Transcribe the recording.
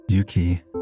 Yuki